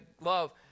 love